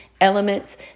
elements